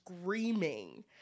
screaming